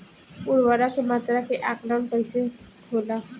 उर्वरक के मात्रा के आंकलन कईसे होला?